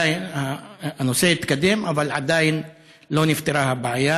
הנושא התקדם אבל עדיין לא נפתרה הבעיה.